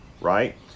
right